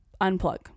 unplug